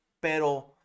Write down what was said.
pero